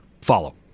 follow